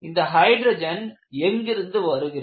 இந்த ஹைட்ரஜன் எங்கிருந்து வருகிறது